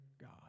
God